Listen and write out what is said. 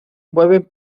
mueven